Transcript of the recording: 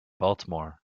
baltimore